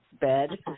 bed